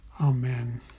Amen